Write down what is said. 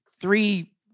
three